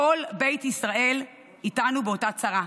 כל בית ישראל איתנו באותה צרה,